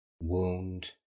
wound